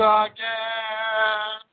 again